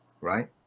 right